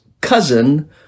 cousin